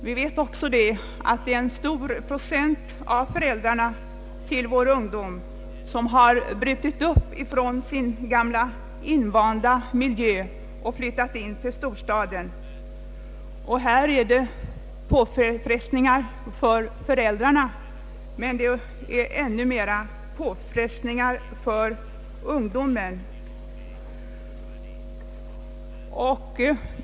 Vi vet även att det är en stor procent av föräldrarna som har brutit upp från sin gamla invanda miljö och flyttat in till storstaden. Då blir det påfrestningar för föräldrarna, men det blir ännu större påfrestningar för ungdomen.